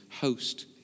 host